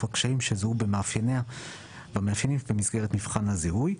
הקשיים שזוהו במאפיינים במסגרת מבחן הזיהוי.